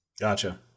Gotcha